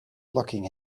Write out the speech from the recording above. looking